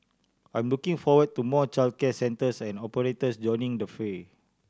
I'm looking forward to more childcare centres and operators joining the fray